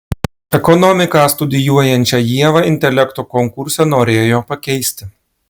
ekonomiką studijuojančią ievą intelekto konkurse norėjo pakeisti